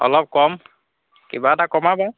অলপ কম কিবা এটা কমাবা